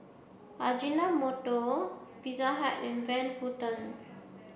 Ajinomoto Pizza Hut and Van Houten